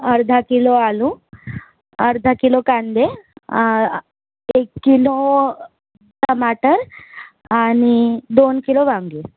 अर्धा किलो आलू अर्धा किलो कांदे एक किलो टमाटर आणि दोन किलो वांगे